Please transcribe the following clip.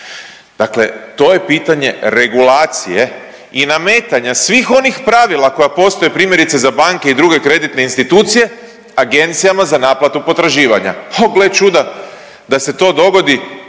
Dakle, to je pitanje regulacije i nametanja svih onih pravila koja postoje primjerice za banke i druge kreditne institucije agencijama za naplatu potraživanja. A gle čuda da se to dogodi